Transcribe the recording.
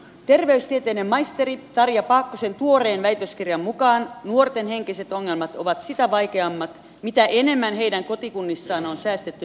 terveystieteiden maisteri tarja paakkosen tuoreen väitöskirjan mukaan nuorten henkiset ongelmat ovat sitä vaikeammat mitä enemmän heidän kotikunnissaan on säästetty mielenterveyspalveluissa